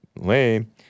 Lame